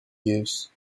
use